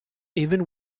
even